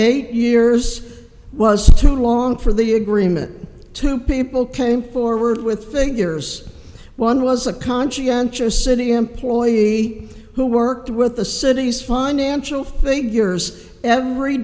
eight years was too long for the agreement to people came forward with figures one was a conscientious city employee who worked with the city's financial figures every